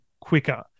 quicker